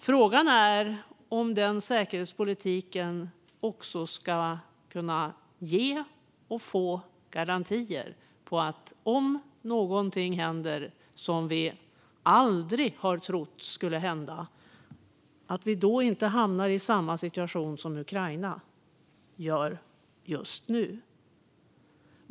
Frågan är om denna säkerhetspolitik också ska kunna ge oss garantier om att vi, om någonting händer som vi aldrig har trott skulle hända, inte hamnar i samma situation som Ukraina är i just nu.